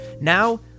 Now